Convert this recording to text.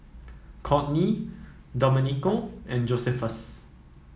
Kortney Domenico and Josephus